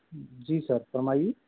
جی sir فرمائیے